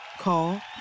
Call